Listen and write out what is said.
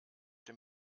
dem